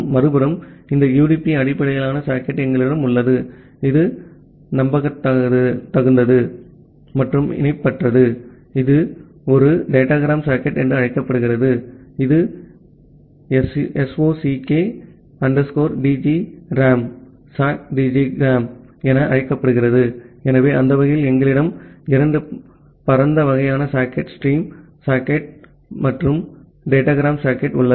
மறுபுறம் இந்த யுடிபி அடிப்படையிலான சாக்கெட் எங்களிடம் உள்ளது இது நம்பத்தகாதது மற்றும் இணைப்பற்றது இது ஒரு டேட்டாகிராம் சாக்கெட் என்று அழைக்கப்படுகிறது இது SOCK DGRAM என அழைக்கப்படுகிறது ஆகவே அந்த வகையில் எங்களிடம் இரண்டு பரந்த வகையான சாக்கெட் ஸ்ட்ரீம் சாக்கெட் மற்றும் டேடாகிராம் சாக்கெட் உள்ளது